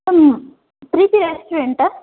ma'am Preethi ರೆಸ್ಟೋರೆಂಟಾ